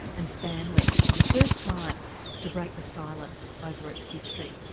and families for the first time to break the silence over its history.